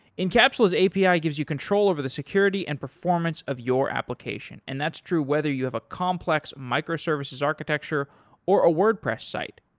incapsula's api ah gives you control over the security and performance of your application and that's true whether you have a complex micro-services architecture or a wordpress site,